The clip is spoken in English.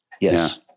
Yes